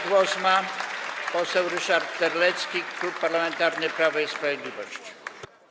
Głos ma poseł Ryszard Terlecki, Klub Parlamentarny Prawo i Sprawiedliwość.